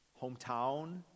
hometown